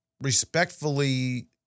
respectfully